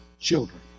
children